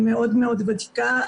מאוד ותיקה.